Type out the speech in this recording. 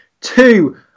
two